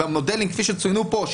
במודלים כפי שצוינו פה,